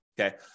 Okay